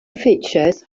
features